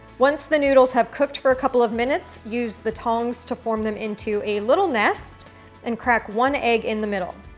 once the noodles have cooked for a couple of minutes, use the tongues to form them into a little nest and crack one egg in the middle.